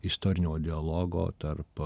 istorinio dialogo tarp